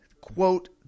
quote